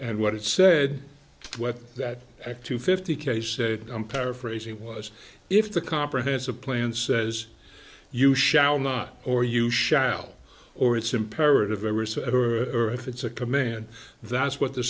and what it said what that act to fifty k said i'm paraphrasing was if the comprehensive plan says you shall not or you shall or it's imperative ever so or if it's a command that's what the